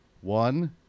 One